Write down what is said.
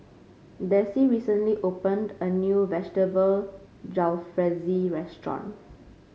Dessie recently opened a new Vegetable Jalfrezi restaurant